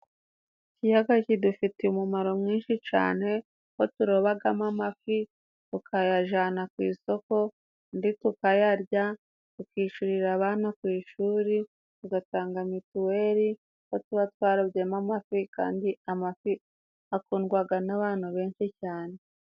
Ikiyaga kidufitiye umumaro mwinshi cane kuko turobagamo amafi, tukayajana ku isoko andi tukayarya, tukishyurira abana ku ishuri, tugatanga mituweli kuko tuba twarobyemo amafi kandi amafi akundwaga n'abantu benshi cane.